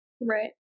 Right